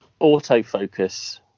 autofocus